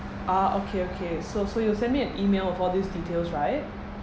ah okay okay so so you'll send me an email with all these details right